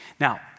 Now